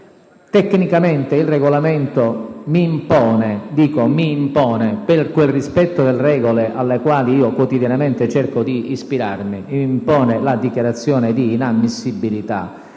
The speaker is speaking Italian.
Tecnicamente il Regolamento mi impone, per quel rispetto delle regole alle quali io quotidianamente cerco di ispirarmi, la dichiarazione di inammissibilità